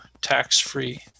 tax-free